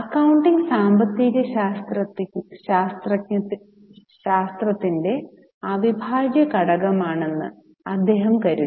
accounting സാമ്പത്തിക ശാസ്ത്രത്തിന്റെ അവിഭാജ്യ ഘടകമാണെന്ന് അദ്ദേഹം കരുതി